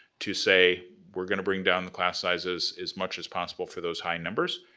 to say we're going to bring down the class sizes as much as possible for those high numbers.